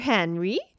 Henry